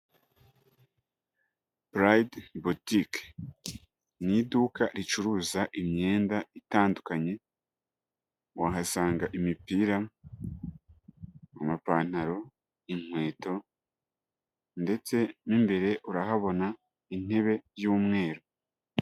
Burayidi botike ni iduka ricuruza imyenda itandukanye, wahasanga imipira, amapantaro, inkweto ndetse mo imbere urahabona intebe y'umweru.